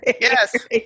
Yes